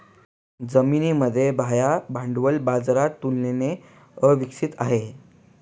जर्मनीमध्ये बाह्य भांडवल बाजार तुलनेने अविकसित आहे